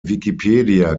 wikipedia